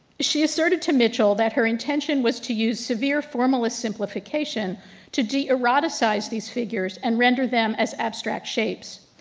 she asserted to mitchell that her intention was to use severe formalist simplification to de-eroticize these figures and render them as abstract shapes.